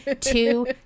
Two